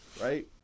right